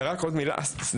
עוד מילה אחת,